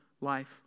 life